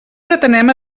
pretenem